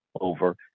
over